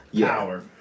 power